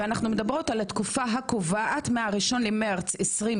ואנחנו מדברות על התקופה הקובעת מה-1 למרץ 2020,